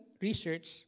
research